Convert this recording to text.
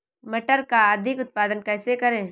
मटर का अधिक उत्पादन कैसे करें?